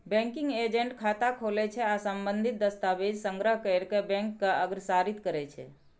banking agent खाता खोलै छै आ संबंधित दस्तावेज संग्रह कैर कें बैंक के अग्रसारित करै छै